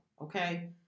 Okay